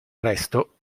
resto